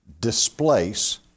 displace